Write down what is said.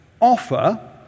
offer